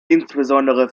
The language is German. insbesondere